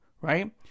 right